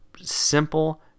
simple